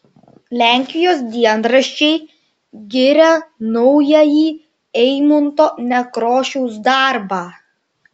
lenkijos dienraščiai giria naująjį eimunto nekrošiaus darbą